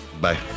Bye